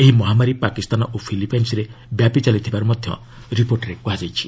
ଏହି ମହାମାରୀ ପାକିସ୍ତାନ ଓ ଫିଲିପାଇନ୍ରେ ବ୍ୟାପି ଚାଲିଥିବାର ରିପୋର୍ଟରେ କୁହାଯାଇଛି